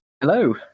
hello